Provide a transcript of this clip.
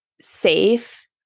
safe